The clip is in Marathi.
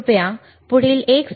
कृपया पुढील 1